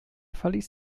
verließ